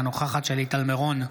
אינה נוכחת שלי טל מירון,